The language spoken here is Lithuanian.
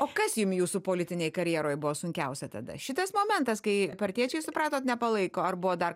o kas jum jūsų politinėj karjeroj buvo sunkiausia tada šitas momentas kai partiečiai supratot nepalaiko ar buvo dar